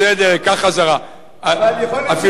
בסדר, אקח חזרה.